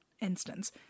instance